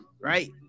right